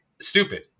stupid